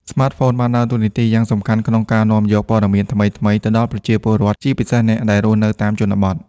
ស្មាតហ្វូនបានដើរតួនាទីយ៉ាងសំខាន់ក្នុងការនាំយក ព័ត៌មានថ្មីៗ ទៅដល់ប្រជាពលរដ្ឋ ជាពិសេសអ្នកដែលរស់នៅតាមជនបទ។